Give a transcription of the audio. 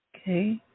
Okay